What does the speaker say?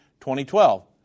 2012